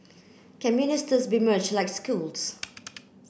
can ministers be merge like schools